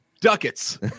ducats